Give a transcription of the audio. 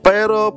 Pero